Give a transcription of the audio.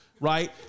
right